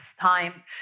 time